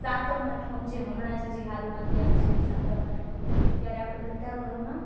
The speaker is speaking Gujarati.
સાતમ આઠમ જે હમણાં જ હજી હાલમાં ગયા છે સાતમ આઠમને એ ત્યારે આપણે બધા ઘરમાં